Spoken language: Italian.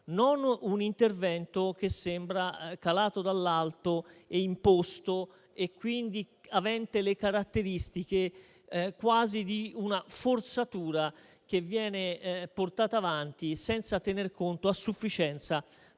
non un intervento che sembra calato dall'alto, imposto e quindi avente le caratteristiche quasi di una forzatura, che viene portata avanti senza tener conto a sufficienza